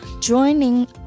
Joining